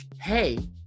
hey